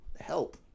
help